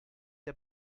der